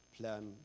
plan